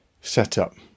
Setup